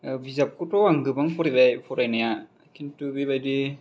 बिजाबखौथ' आं गोबां फरायबाय फरायनाया खिनथु बेबायदि